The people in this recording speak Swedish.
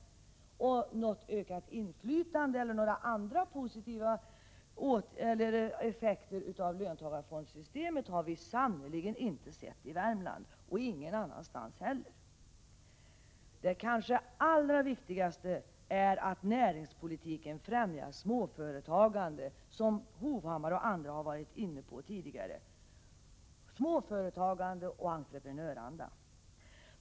Något ökat inflytande eller andra positiva effekter av löntagarfondssystemet har vi sannerligen inte sett i Värmland — och ingen annanstans heller. Det kanske allra viktigaste är att näringspolitiken främjar småföretagande och entreprenörerna, vilket Erik Hovhammar och andra har varit inne på tidigare.